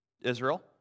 Israel